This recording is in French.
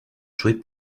joué